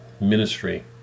ministry